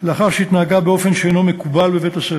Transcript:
לאחר שהתנהגה באופן שאינו מקובל בבית-הספר.